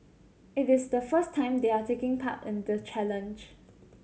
it is the first time they are taking part in the challenge